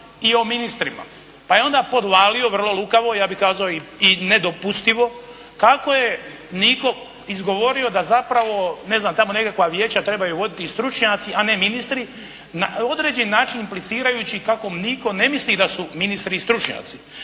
i o ministrima. Pa je onda podvalio, vrlo lukavo, ja bih kazao i nedopustivo kako je Niko izgovorio da zapravo, ne znam tamo nekakva vijeća trebaju voditi stručnjaci, a ne ministri na određeni način implicirajući kako Niko ne misli da su ministri stručnjaci.